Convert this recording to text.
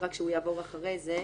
רק שהוא יעבור אחרי זה.